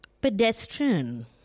Pedestrian